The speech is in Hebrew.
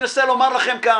אל תצא, מוטי.